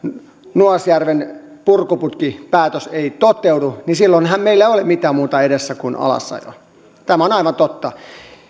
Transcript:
nuasjärven purkuputkipäätös ei toteudu silloinhan meillä ei ole mitään muuta edessä kuin alasajo tämä on aivan totta